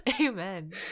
amen